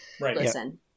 listen